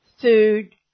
food